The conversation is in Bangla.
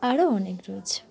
আরও অনেক রয়েছে